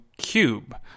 cube